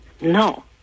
No